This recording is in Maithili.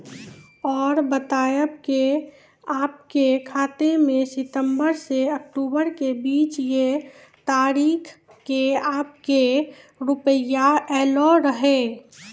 और बतायब के आपके खाते मे सितंबर से अक्टूबर के बीज ये तारीख के आपके के रुपिया येलो रहे?